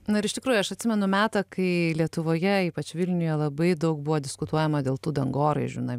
na ir iš tikrųjų aš atsimenu metą kai lietuvoje ypač vilniuje labai daug buvo diskutuojama dėl tų dangoraižių na